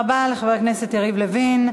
תודה רבה לחבר הכנסת יריב לוין.